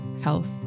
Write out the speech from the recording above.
health